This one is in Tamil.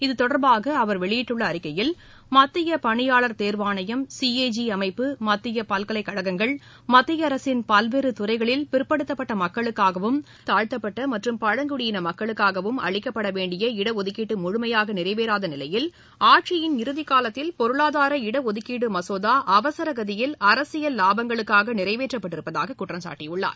இதுதொடர்பாக அவர் வெளியிட்டுள்ள அறிக்கையில் மத்திய பணியாளர் தேர்வாணையம் சி ஏ ஜி அமைப்பு மத்திய பல்கலைக்கழகங்கள் மத்திய அரசின் பல்வேறு துறைகளில் பிற்படுத்தப்பட்ட மக்களுக்காகவும் தாழ்த்தப்பட்ட மற்றும் பழங்குடியின மக்களுக்காகவும் அளிக்கப்பட வேண்டிய இடஒதுக்கீடு முழுமையாக நிறைவேறாத நிலையில் ஆட்சியின் இறுதிக்காலத்தில் பொருளாதார இடஒதுக்கீடு மசோதா அவசர கதியில் அரசியல் லாபங்களுக்காக நிறைவேற்றப்பட்டிருப்பதாக அவர் குற்றம் சாட்டியுள்ளார்